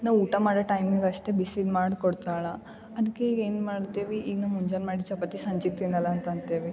ನಾ ಊಟ ಮಾಡೋ ಟೈಮಿಗೆ ಅಷ್ಟೇ ಬಿಸಿದು ಮಾಡ್ಕೊಡ್ತಾಳೆ ಅದ್ಕೆ ಈಗ ಏನು ಮಾಡ್ತಿವಿ ಈಗ ನಮ್ಮ ಮುಂಜಾನೆ ಮಾಡಿದ ಚಪಾತಿ ಸಂಜೆಗ್ ತಿನ್ನಲ್ಲ ಅಂತ ಅಂತೀವಿ